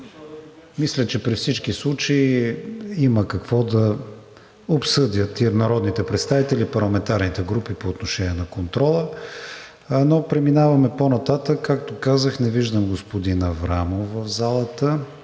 Мисля, че при всички случаи има какво да обсъдят и народните представители, и парламентарните групи по отношение на контрола. Преминаваме по-нататък. Както казах, не виждам господин Аврамов в залата,